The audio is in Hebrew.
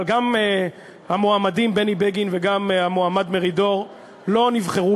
אבל גם המועמד בני בגין וגם המועמד מרידור לא נבחרו